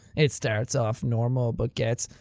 it starts off normal but gets.